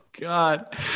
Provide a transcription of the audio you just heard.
God